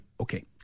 okay